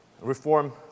Reform